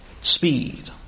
speed